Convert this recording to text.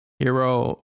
Hero